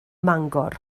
mangor